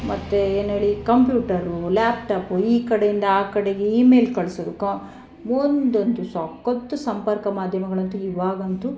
ಮತ್ತು ಏನೇಳಿ computer laptop ಈ ಕಡೆಯಿಂದ ಆ ಕಡೆಗೆ ಇಮೇಲ್ ಕಳಿಸೋದು ಕಾ ಒಂದೊಂದು ಸಕ್ಕತ್ ಸಂಪರ್ಕ ಮಾಧ್ಯಮಗಳಂತೂ ಇವಾಗಂತೂ